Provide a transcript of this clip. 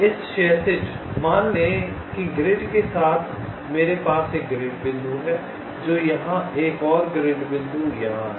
इस क्षैतिज मान लें कि ग्रिड के साथ मेरे पास एक ग्रिड बिंदु है जो यहां और एक ग्रिड बिंदु यहां है